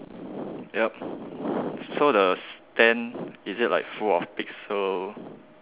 yup so the tent is it like full of pixel